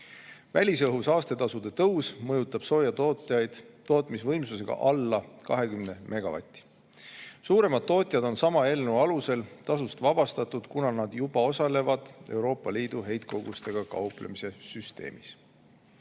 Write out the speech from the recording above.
Välisõhu saastetasude tõus mõjutab soojatootjaid tootmisvõimsusega alla 20 megavati. Suuremad tootjad on sama eelnõu alusel tasust vabastatud, kuna nad juba osalevad Euroopa Liidu heitkogustega kauplemise süsteemis.